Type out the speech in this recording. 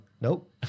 nope